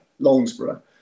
Longsborough